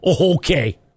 okay